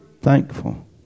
thankful